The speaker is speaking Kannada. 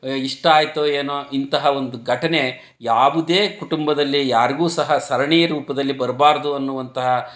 ಇಷ್ಟ ಆಯಿತೋ ಏನೋ ಇಂತಹ ಒಂದು ಘಟನೆ ಯಾವುದೇ ಕುಟುಂಬದಲ್ಲಿ ಯಾರಿಗೂ ಸಹ ಸರಣೀಯ ರೂಪದಲ್ಲಿ ಬರಬಾರ್ದು ಅನ್ನುವಂತಹ